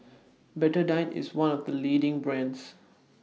Betadine IS one of The leading brands